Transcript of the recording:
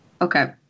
Okay